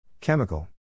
Chemical